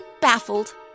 baffled